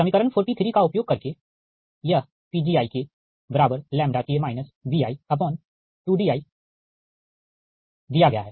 समीकरण 43 का उपयोग करके यह PgiK bi2di दिया गया हैं